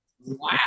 Wow